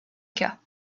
cas